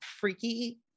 freaky